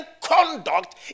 conduct